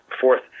fourth